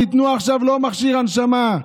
תיתנו עכשיו לא מכשיר הנשמה,